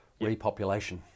repopulation